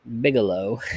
Bigelow